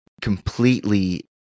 completely